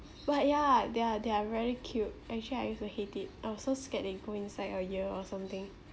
but ya they're they're very cute actually I used to hate it I was so scared they go inside our ear or something